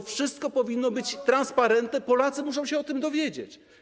To wszystko powinno być transparentne, Polacy muszą się o tym dowiedzieć.